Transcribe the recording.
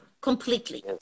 completely